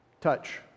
Touch